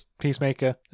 Peacemaker